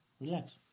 relax